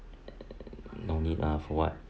no need lah for what